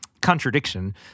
contradiction